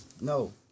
no